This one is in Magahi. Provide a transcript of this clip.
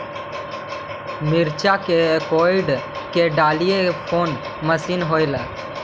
मिरचा के कोड़ई के डालीय कोन मशीन होबहय?